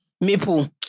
maple